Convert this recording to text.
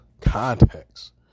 context